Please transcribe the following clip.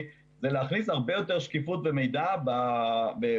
זה להכניס הרבה יותר שקיפות ומידע במחירים.